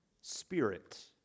Spirit